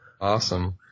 Awesome